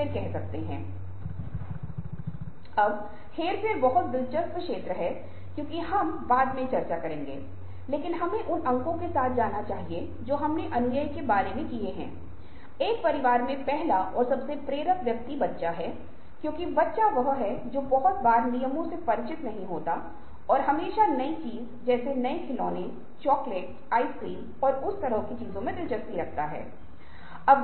इरादे हैं आप एक उद्देश्य के साथ संबंध रखते हैं और एक समय में अधिक भावनात्मक बुद्धिमत्ता होने पर स्वचालित रूप से आपका दाहिना मस्तिष्क उसी द्वारा सक्रिय होता है और कार्य को रचनात्मकता देता है और इस तरह आप अधिक रचनात्मक होंगे